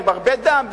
עם הרבה דם,